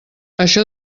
això